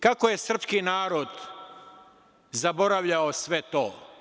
Kako je srpski narod zaboravljao sve to?